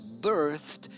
birthed